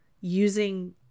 Using